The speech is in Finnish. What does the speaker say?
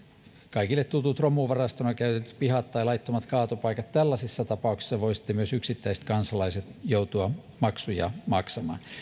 kaikille ovat tutut romuvarastona käytetyt pihat tai laittomat kaatopaikat tällaisissa tapauksissa voivat sitten myös yksittäiset kansalaiset joutua maksuja maksamaan